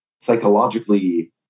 psychologically